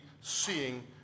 seeing